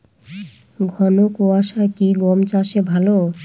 ঘন কোয়াশা কি গম চাষে ভালো?